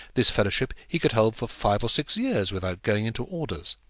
this fellowship he could hold for five or six years without going into orders.